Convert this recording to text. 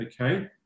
Okay